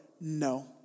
no